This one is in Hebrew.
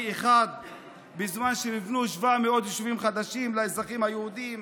אחד בזמן שנבנו 770 יישובים חדשים לאזרחים היהודים,